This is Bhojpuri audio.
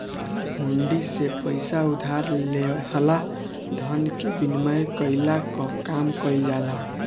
हुंडी से पईसा उधार लेहला धन के विनिमय कईला कअ काम कईल जाला